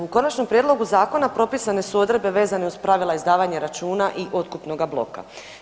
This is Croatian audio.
U konačnom prijedlogu zakona propisane su odredbe vezane uz pravila izdavanja računa i otkupnoga bloka.